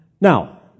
Now